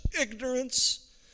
ignorance